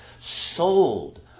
Sold